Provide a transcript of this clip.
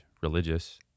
religious